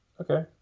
Okay